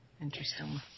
Interesting